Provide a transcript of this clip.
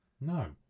No